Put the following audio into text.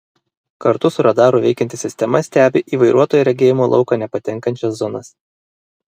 kartu su radaru veikianti sistema stebi į vairuotojo regėjimo lauką nepatenkančias zonas